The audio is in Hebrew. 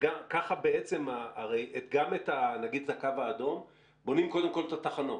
גם את הקו האדום, בונים קודם כל את התחנות.